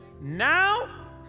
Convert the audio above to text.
Now